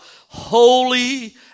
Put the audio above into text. holy